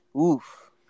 Oof